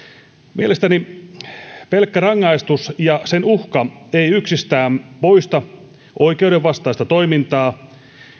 mielestäni pelkkä rangaistus ja sen uhka eivät yksistään poista oikeudenvastaista toimintaa